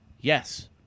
Yes